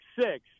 six